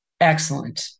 excellent